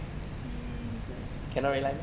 jesus